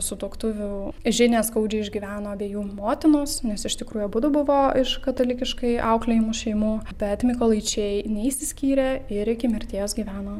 sutuoktuvių žinią skaudžiai išgyveno abiejų motinos nes iš tikrųjų abudu buvo iš katalikiškai auklėjimų šeimų bet mykolaičiai neišsiskyrė ir iki mirties gyveno